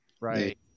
right